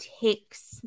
takes